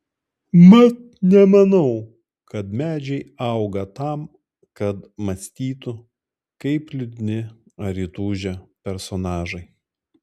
mat nemanau kad medžiai auga tam kad mąstytų kaip liūdni ar įtūžę personažai